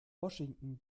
washington